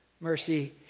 mercy